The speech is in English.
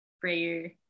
prayer